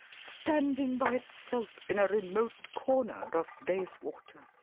standing by itself in a remote corner of bayswater.